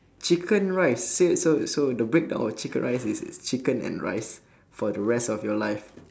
chicken rice say so so the breakdown of chicken rice is is chicken and rice for the rest of your life